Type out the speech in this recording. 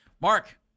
Mark